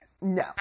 no